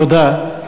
תודה.